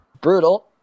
Brutal